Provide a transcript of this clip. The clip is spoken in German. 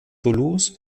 toulouse